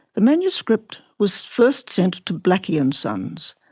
the manuscript was first sent to blackie and sons,